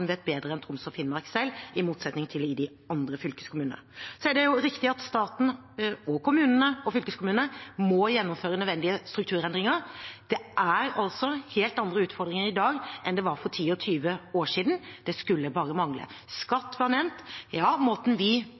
vet bedre enn Troms og Finnmark selv – som en motsetning til de andre fylkeskommunene. Det er riktig at staten, kommunene og fylkeskommunene må gjennomføre nødvendige strukturendringer. Det er helt andre utfordringer i dag enn det var for 10 og 20 år siden, det skulle bare mangle. Skatt ble nevnt. Måten vi